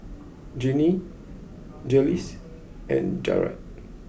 Ginny Jiles and Jarett